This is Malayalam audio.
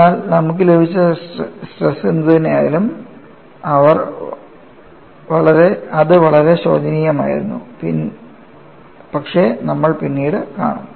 എന്നാൽ നമുക്ക് ലഭിച്ച സ്ട്രെസ് എന്തുതന്നെയായാലും വളരെ ശോചനീയമായിരുന്നുഅത് പക്ഷേ നമ്മൾ പിന്നീട് കാണും